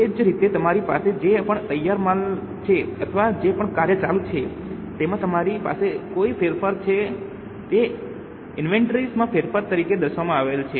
એ જ રીતે તમારી પાસે જે પણ તૈયાર માલ છે અથવા જે પણ કાર્ય ચાલુ છે તેમાં તમારી પાસે કોઈ ફેરફાર છે તે ઇન્વેન્ટરીઝ માં ફેરફાર તરીકે દર્શાવવામાં આવશે